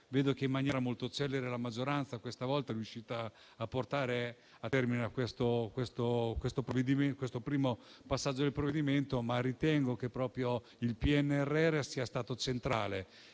vedo che, in maniera molto celere, la maggioranza questa volta è riuscita a portare a termine questo primo passaggio del provvedimento. Ritengo però che proprio il PNRR sia stato centrale,